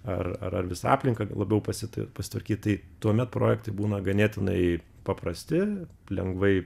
ar ar visą aplinką labiau pasitva pasitvarkyt tai tuomet projektai būna ganėtinai paprasti lengvai